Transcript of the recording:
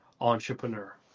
entrepreneur